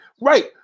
Right